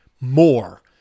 more